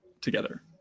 together